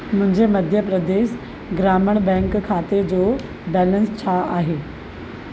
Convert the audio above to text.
मुंहिंजे मध्य प्रदेश ग्रामीण बैंक खाते जो बैलेंस छा आहे